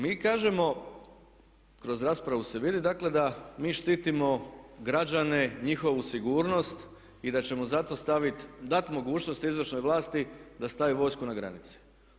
Mi kažemo kroz raspravu se vidi dakle da mi štitimo građane, njihovu sigurnost i da ćemo zato dati mogućnost izvršnoj vlasti da stavi vojsku na granice.